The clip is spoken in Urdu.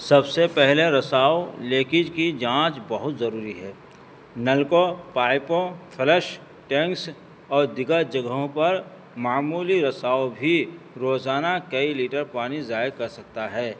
سب سے پہلے رساؤ لیکیج کی جانچ بہت ضروری ہے نللوں پائپوں فلش ٹینکس اور دیگر جگہوں پر معمولی رساؤ بھی روزانہ کئی لیٹر پانی ضائع کر سکتا ہے